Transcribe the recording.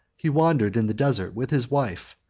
he wandered in the desert with his wife,